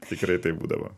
tikrai taip būdavo